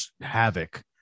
havoc